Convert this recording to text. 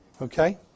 Okay